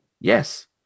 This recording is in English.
Yes